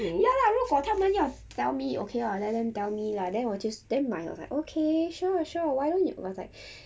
ya lah 如果他们要 tell me okay lah let them tell me lah then 我就 then my I was like okay sure sure why don't you I must like